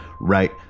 right